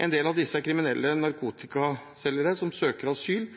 En del av disse er kriminelle narkotikaselgere som søker asyl